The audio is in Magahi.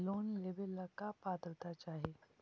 लोन लेवेला का पात्रता चाही?